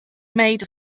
made